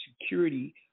security